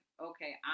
okay